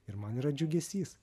ir man yra džiugesys